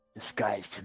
disguised